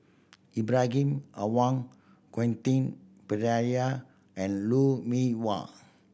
Ibrahim Awang Quentin Pereira and Lou Mee Wah